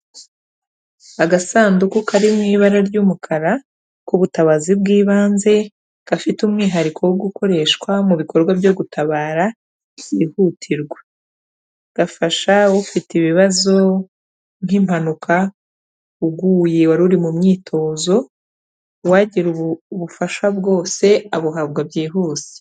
Agasanduku kari mu ibara ry'umukara, k'ubutabazi bw'ibanze, gafite umwihariko wo gukoreshwa mu bikorwa byo gutabara byihutirwa, gafasha ufite ibibazo nk'impanuka, uguye wari uri mu myitozo, uwagira ubufasha bwose abuhabwa byihuse.